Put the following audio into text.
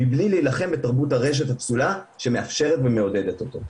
מבלי להילחם בתרבות הרשת הפסולה שמאפשרת ומעודדת אותו.